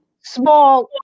small